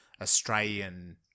Australian